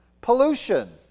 Pollution